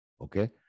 Okay